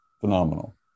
Phenomenal